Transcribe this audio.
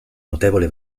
notevole